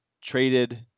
traded